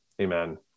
Amen